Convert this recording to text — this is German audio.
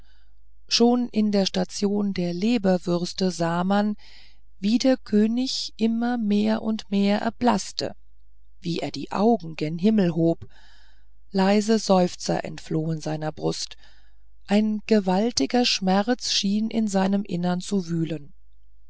schon in der station der leberwürste sah man wie der könig immer mehr und mehr erblaßte wie er die augen gen himmel hob leise seufzer entflohen seiner brust ein gewaltiger schmerz schien in seinem innern zu wühlen